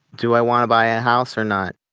do i want to buy a house or not?